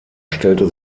stellte